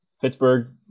Pittsburgh